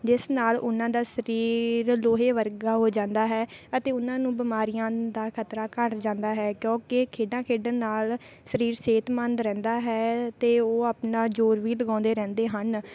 ਜਿਸ ਨਾਲ ਉਹਨਾਂ ਦਾ ਸਰੀਰ ਲੋਹੇ ਵਰਗਾ ਹੋ ਜਾਂਦਾ ਹੈ ਅਤੇ ਉਹਨਾਂ ਨੂੰ ਬਿਮਾਰੀਆਂ ਦਾ ਖਤਰਾ ਘੱਟ ਜਾਂਦਾ ਹੈ ਕਿਉਂਕਿ ਖੇਡਾਂ ਖੇਡਣ ਨਾਲ ਸਰੀਰ ਸਿਹਤਮੰਦ ਰਹਿੰਦਾ ਹੈ ਅਤੇ ਉਹ ਆਪਣਾ ਜ਼ੋਰ ਵੀ ਲਗਾਉਂਦੇ ਰਹਿੰਦੇ ਹਨ